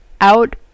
out